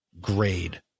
grade